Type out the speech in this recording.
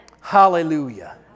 Hallelujah